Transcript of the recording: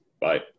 Bye